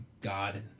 God